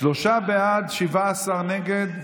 שלושה בעד, 17 נגד.